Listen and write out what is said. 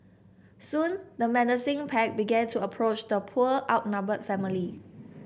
soon the menacing pack began to approach the poor outnumbered family